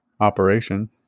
operation